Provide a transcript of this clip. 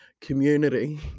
community